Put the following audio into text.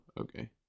okay